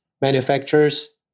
manufacturers